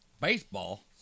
Baseball